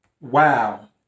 Wow